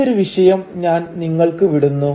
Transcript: ഈ ഒരു വിഷയം ഞാൻ നിങ്ങൾക്ക് വിടുന്നു